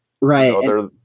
Right